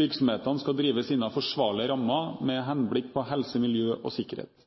Virksomhetene skal drives innenfor forsvarlige rammer med henblikk på helse, miljø og sikkerhet.